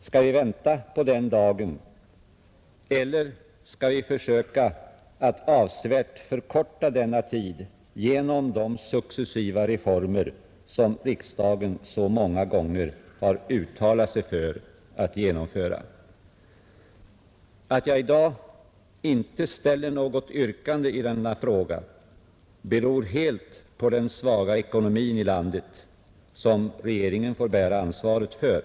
Skall vi vänta på den dagen eller skall vi försöka avsevärt förkorta denna tid genom de successiva reformer som riksdagen så många gånger uttalat sig för att genomföra? Att jag i dag inte ställer något yrkande i denna fråga beror helt på den svaga ekonomin i landet, som regeringen får bära ansvaret för.